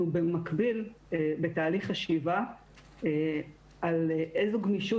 אנחנו במקביל בתהליך חשיבה על איזו גמישות